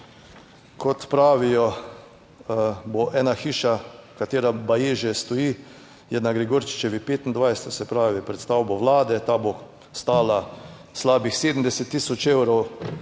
kot pravijo, bo ena hiša, katera baje že stoji, je na Gregorčičevi 25, to se pravi, pred stavbo Vlade. Ta bo stala slabih 70 tisoč evrov,